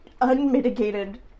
unmitigated